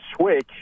switch